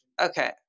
Okay